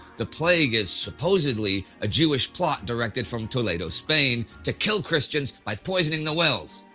the plague is supposedly a jewish plot directed from toledo, spain to kill christians by poisoning the wells.